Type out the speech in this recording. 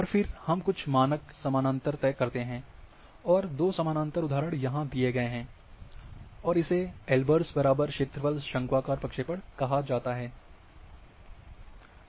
और फिर हम कुछ मानक समानांतर तय करते हैं और दो समानांतर उदाहरण यहां दिए गए हैं और इसे एल्बर्स बराबर क्षेत्रफल शंक्वाकार प्रक्षेपण कहा जाता है